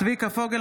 צביקה פוגל,